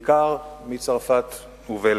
בעיקר מצרפת ומבלגיה.